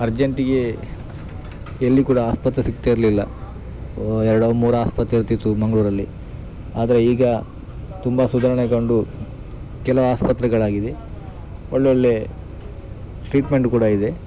ಅರ್ಜಂಟಿಗೆ ಎಲ್ಲಿ ಕೂಡ ಆಸ್ಪತ್ರೆ ಸಿಗ್ತಾ ಇರಲಿಲ್ಲ ಓ ಎರಡೋ ಮೂರೋ ಆಸ್ಪತ್ರೆ ಇರ್ತಿತ್ತು ಮಂಗಳೂರಲ್ಲಿ ಆದರೆ ಈಗ ತುಂಬ ಸುಧಾರಣೆ ಕಂಡು ಕೆಲ ಆಸ್ಪತ್ರೆಗಳಾಗಿದೆ ಒಳ್ಳೊಳ್ಳೆ ಟ್ರೀಟ್ಮೆಂಟ್ ಕೂಡ ಇದೆ